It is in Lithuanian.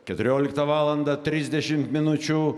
keturioliktą valandą trisdešmt minučių